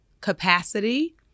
capacity